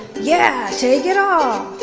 yeah, take it off.